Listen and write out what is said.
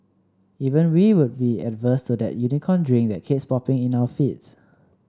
even we would be averse to that Unicorn Drink that keeps popping up in our feeds